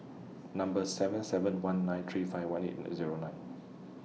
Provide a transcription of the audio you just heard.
Number seven seven one nine three five one eight Zero nine